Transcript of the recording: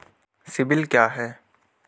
CIBIL क्या है?